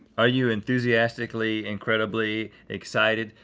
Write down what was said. are you enthusiastically, incredibly, excited,